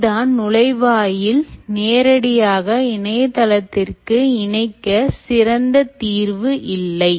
இதுதான் நுழைவாயில் நேரடியாக இணையத்தளத்திற்கு இணைக்க சிறந்த தீர்வு இல்லை